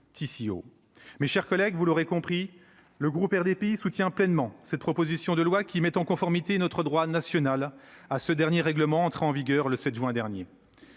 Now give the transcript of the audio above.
TCO. Mes chers collègues, vous l'aurez compris, le groupe RDPI soutient pleinement cette proposition de loi, qui met en conformité notre droit national avec le règlement entré en vigueur le 7 juin 2022.